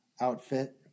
outfit